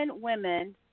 women